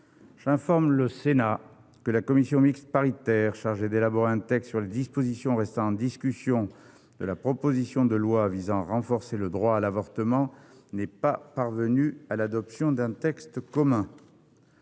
J'informe le Sénat que la commission mixte paritaire chargée d'élaborer un texte sur les dispositions restant en discussion de la proposition de loi visant à renforcer le droit à l'avortement n'est pas parvenue à l'adoption d'un texte commun.